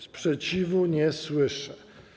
Sprzeciwu nie słyszę.